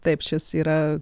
taip šis yra